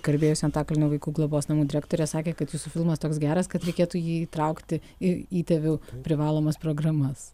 kalbėjusi antakalnio vaikų globos namų direktorė sakė kad jūsų filmas toks geras kad reikėtų jį įtraukti į įtėvių privalomas programas